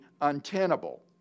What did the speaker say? untenable